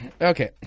Okay